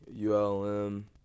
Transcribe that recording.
ULM